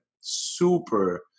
super